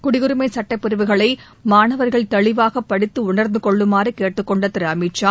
குடியுரிமை சுட்டப்பிரிவுகளை மாணவர்கள் தெளிவாக படித்து உணர்ந்து கொள்ளுமாறு கேட்டுக் கொண்ட திரு அமித்ஷா